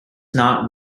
not